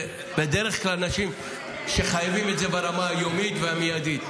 בדרך כלל אלה אנשים שחייבים את זה ברמה היום-יומית המיידית.